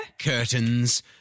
Curtains